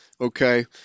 okay